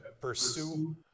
pursue